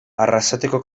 arrasateko